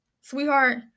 Sweetheart